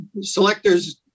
selectors